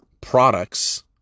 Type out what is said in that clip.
products